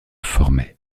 formaient